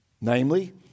namely